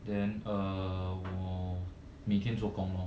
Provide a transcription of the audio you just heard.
then err 我每天做工 lor